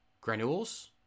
granules